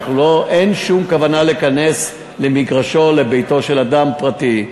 אין שום כוונה להיכנס למגרשו או לביתו של אדם פרטי.